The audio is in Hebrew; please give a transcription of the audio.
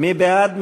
מי בעד?